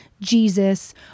Jesus